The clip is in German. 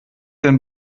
denn